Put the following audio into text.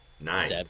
nine